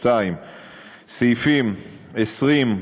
2. סעיפים 20(3),